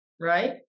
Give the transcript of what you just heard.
right